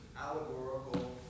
allegorical